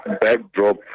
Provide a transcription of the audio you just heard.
backdrop